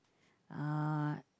uh